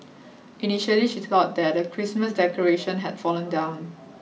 initially she thought that a Christmas decoration had fallen down